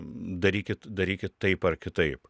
darykit darykit taip ar kitaip